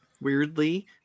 Weirdly